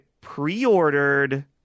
pre-ordered